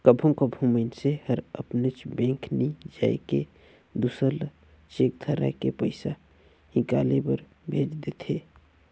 कभों कभों मइनसे हर अपनेच बेंक नी जाए के दूसर ल चेक धराए के पइसा हिंकाले बर भेज देथे